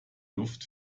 luft